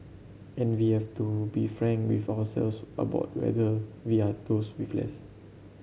and we have to be frank with ourselves about whether we are those with less